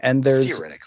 Theoretically